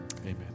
Amen